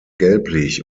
gelblich